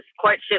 courtship